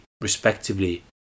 respectively